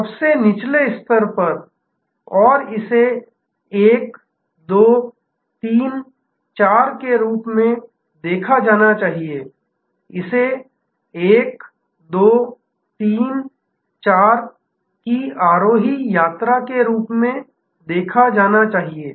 तो सबसे निचले स्तर पर और इसे 1 2 3 4 के रूप में देखा जाना चाहिए इसे 1 2 3 4 की आरोही यात्रा के रूप में देखा जाना चाहिए